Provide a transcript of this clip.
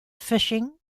fishing